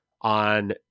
on